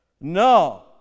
No